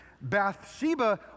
Bathsheba